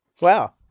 Wow